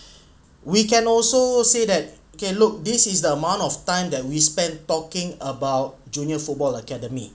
we can also say that K look this is the amount of time that we spent talking about junior football academy